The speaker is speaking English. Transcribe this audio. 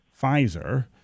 Pfizer